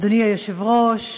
אדוני היושב-ראש,